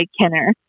Kenner